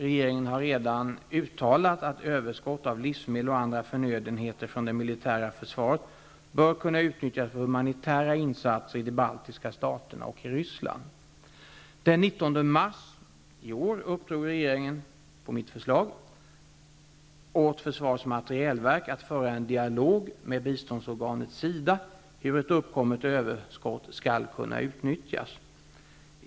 Regeringen har redan uttalat att överskott av livsmedel och andra förnödenheter från det militära försvaret bör kunna utnyttjas för humanitära insatser i de baltiska staterna och i Den 19 mars i år uppdrog regeringen på mitt förslag åt försvarets materielverk att föra en dialog med biståndsorganet SIDA hur ett uppkommet överskott skall kunna utnyttjas.